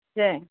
సరే